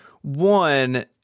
One